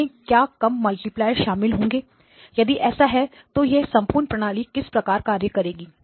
इसमें क्या कम मल्टीप्लायर शामिल होंगे यदि ऐसा है तो यह संपूर्ण प्रणाली किस प्रकार कार्य करेगी